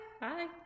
Bye